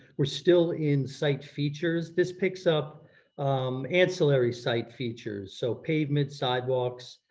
we're still in site features, this picks up ancillary site features so pavements, sidewalks,